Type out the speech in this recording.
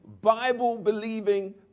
Bible-believing